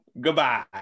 goodbye